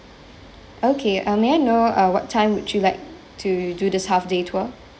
okay uh may I know uh what time would you like to do this half day tour